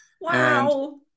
Wow